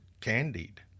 candied